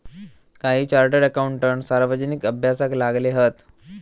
काही chartered accountant सार्वजनिक अभ्यासाक लागले हत